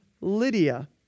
Lydia